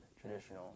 traditional